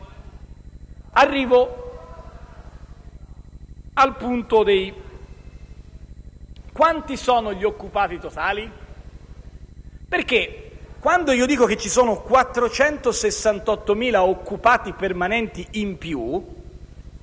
Arrivo al punto: quanti sono gli occupati totali? Quando dico che ci sono 468.000 occupati permanenti in più